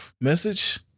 message